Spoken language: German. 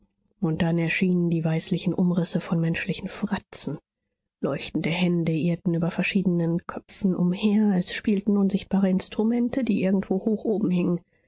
und dann erschienen die weißlichen umrisse von menschlichen fratzen leuchtende hände irrten über verschiedenen köpfen umher es spielten unsichtbare instrumente die irgendwo hoch oben hingen